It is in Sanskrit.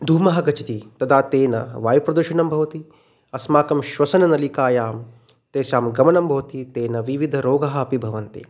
धूमः गच्छति तदा तेन वायुप्रदूषणं भवति अस्माकं श्वसनलिकायां तेषां गमनं भवति तेन विविधरोगाः अपि भवन्ति